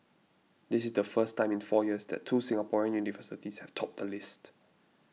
this is the first time in four years that two Singaporean universities have topped the list